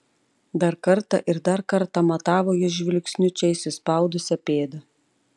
dar kartą ir dar kartą matavo jis žvilgsniu čia įsispaudusią pėdą